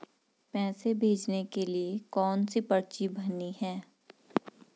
पैसे भेजने के लिए कौनसी पर्ची भरनी है?